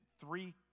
three